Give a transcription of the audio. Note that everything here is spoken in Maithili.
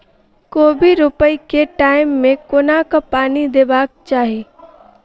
कोबी रोपय केँ टायम मे कोना कऽ पानि देबाक चही?